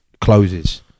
closes